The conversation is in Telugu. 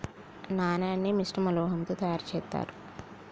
నాణాన్ని మిశ్రమ లోహంతో తయారు చేత్తారు